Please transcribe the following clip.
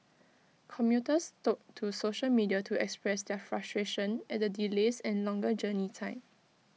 commuters took to social media to express their frustration at the delays and longer journey time